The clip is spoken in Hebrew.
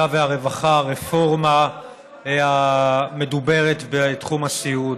והרווחה הרפורמה המדוברת בתחום הסיעוד.